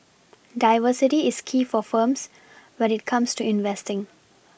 diversity is key for firms when it comes to investing